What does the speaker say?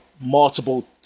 multiple